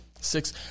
six